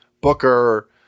Booker